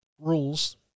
rules